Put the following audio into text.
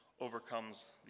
overcomes